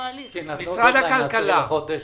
משרד הכלכלה.